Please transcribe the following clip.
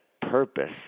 purpose